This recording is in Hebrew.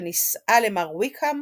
שנישאה למר ויקהם,